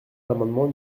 l’amendement